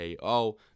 KO